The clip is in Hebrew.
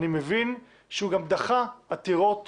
אני מבין שהוא גם דחה עתירות